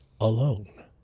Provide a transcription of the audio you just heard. alone